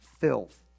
filth